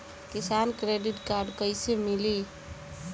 किसान credit card कइसे मिली?